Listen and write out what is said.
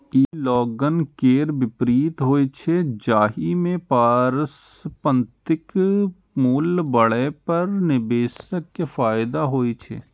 ई long केर विपरीत होइ छै, जाहि मे परिसंपत्तिक मूल्य बढ़ै पर निवेशक कें फायदा होइ छै